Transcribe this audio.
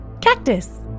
Cactus